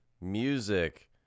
music